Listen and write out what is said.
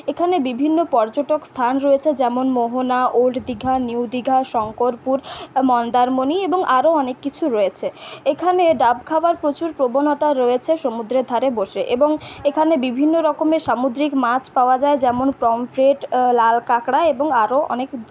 এখানে বিভিন্ন পর্যটক স্থান রয়েছে যেমন মোহনা ওল্ড দীঘা নিউ দীঘা শঙ্করপুর আর মন্দারমণি এবং আরো অনেক কিছু রয়েছে এখানে ডাব খাবার প্রচুর প্রবণতা রয়েছে সমুদ্রের ধারে বসে এবং এখানে বিভিন্ন রকমের সামুদ্রিক মাছ পাওয়া যায় যেমন পমফ্রেট লাল কাঁকড়া এবং আরো অনেক